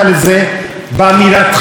ואז כתבו לי,